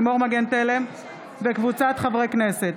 לימור מגן תלם וקבוצת חברי הכנסת,